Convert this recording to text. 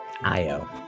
Io